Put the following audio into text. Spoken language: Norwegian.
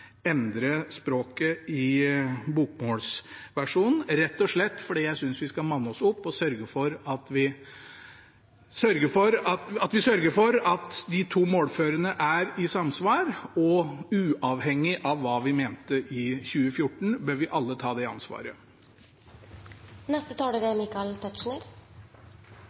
endre språket i bokmålsversjonen – rett og slett fordi jeg synes vi skal manne oss opp og sørge for at versjonene på de to målformene er i samsvar. Uavhengig av hva vi mente i 2014, bør vi alle ta det ansvaret. Til forrige taler vil jeg si at det er